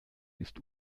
ist